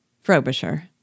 Frobisher